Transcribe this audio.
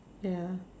ya